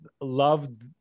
loved